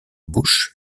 bouche